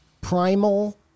Primal